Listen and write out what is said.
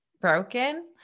broken